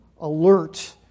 alert